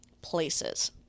places